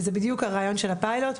וזה בדיוק הרעיון של הפיילוט.